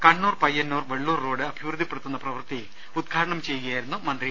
Kannur Payyannur Vellur road അഭിവൃദ്ധിപ്പെടുത്തുന്ന പ്രവൃത്തി ഉദ്ഘാടനം ചെയ്യുകയായിരുന്നു മന്ത്രി